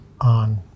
on